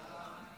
ההצעה להעביר